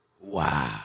Wow